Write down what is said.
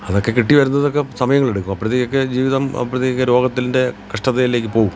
അതൊക്കെ കിട്ടി വരുന്നതൊക്കെ സമയങ്ങൾ എടുക്കും അപ്പോഴത്തേക്കൊക്കെ ജീവിതം അപ്പോഴത്തേക്ക് രോഗത്തിൻ്റെ കഷ്ടതയിലേക്ക് പോവും